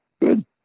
Good